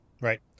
Right